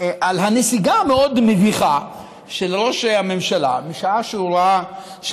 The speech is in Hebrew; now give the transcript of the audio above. הנסיגה המאוד-מביכה של ראש הממשלה בשעה שהוא ראה,